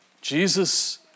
Jesus